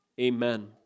amen